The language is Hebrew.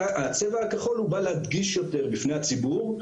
הצבע הכחול בא להדגיש יותר בפני הציבור.